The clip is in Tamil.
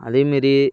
அதேமாரி